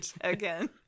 again